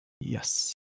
Yes